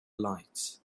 lights